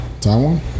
Taiwan